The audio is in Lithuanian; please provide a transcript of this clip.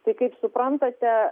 tai kaip suprantate